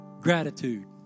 Gratitude